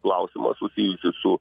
klausimą susijusį su